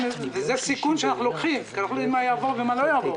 וזה סיכון שאנחנו לוקחים כי אנחנו לא יודעים מה יעבור ומה לא יעבור.